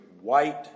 white